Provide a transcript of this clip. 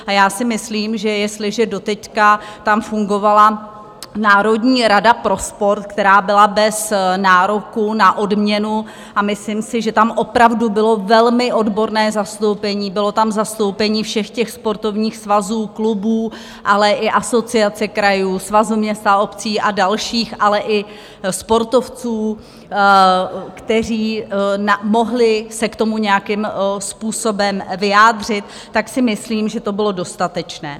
A já si myslím, že jestliže doteď tam fungovala Národní rada pro sport, která byla bez nároků na odměnu, a myslím si, že tam opravdu bylo velmi odborné zastoupení, bylo tam zastoupení všech sportovních svazů, klubů, ale i Asociace krajů, Svazu měst a obcí a dalších, ale i sportovců, kteří se k tomu mohli nějakým způsobem vyjádřit, tak si myslím, že to bylo dostatečné.